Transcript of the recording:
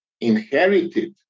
inherited